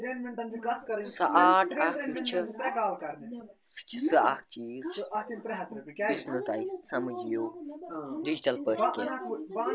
یُس سُہ آرٹ اَکھ چھُ سُہ چھِ سُہ اکھ چیٖز یُس نہٕ تۄہہِ سَمجھ یِیو ڈِجٹَل پٲٹھۍ کیٚنہہ